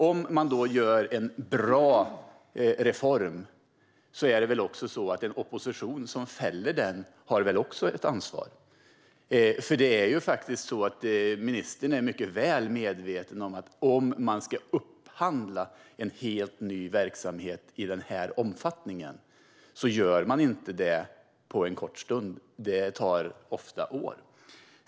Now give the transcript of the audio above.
Om det genomförs en bra reform har väl också den opposition som fäller den ett ansvar. Ministern är mycket väl medveten om att om man ska upphandla en helt ny verksamhet i den här omfattningen tar det tid, ofta år.